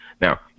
Now